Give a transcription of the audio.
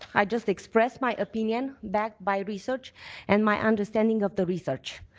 i just express my opinion backed by research and my understanding of the research.